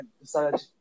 decided